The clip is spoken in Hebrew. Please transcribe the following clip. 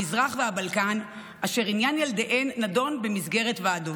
המזרח והבלקן אשר עניין ילדיהן נדון במסגרת ועדות.